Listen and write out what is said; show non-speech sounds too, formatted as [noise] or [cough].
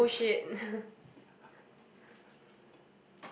[noise]